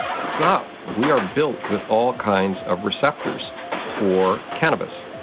it's not. we are built with all kinds of receptors for cannabis.